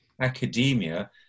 Academia